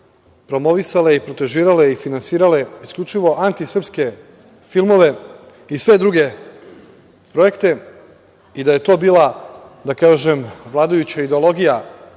promovisale i protežirale i finansirale isključivo antisrpske filmove i sve druge projekte i da je to bila vladajuća ideologija